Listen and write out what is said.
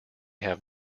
have